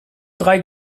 drei